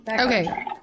Okay